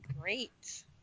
Great